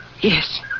Yes